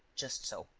just so.